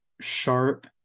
sharp